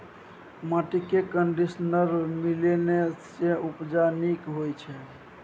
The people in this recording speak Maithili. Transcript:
माटिमे कंडीशनर मिलेने सँ उपजा नीक होए छै